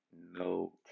no